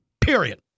Period